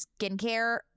skincare